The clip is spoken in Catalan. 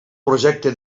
projecte